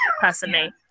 Personally